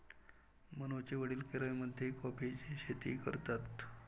मनूचे वडील केरळमध्ये कॉफीची शेती करतात